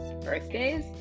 birthdays